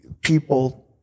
people